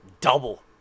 double